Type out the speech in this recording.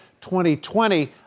2020